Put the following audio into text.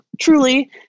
truly